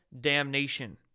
damnation